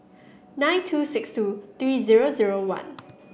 nine two six two three zero zero one